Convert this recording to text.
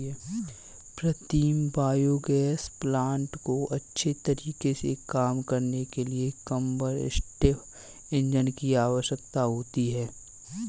प्रीतम biogas plant को अच्छे तरीके से काम करने के लिए कंबस्टिव इंजन की आवश्यकता होती है